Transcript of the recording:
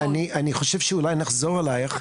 אז אני חושב שאולי נחזור אלייך.